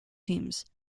teams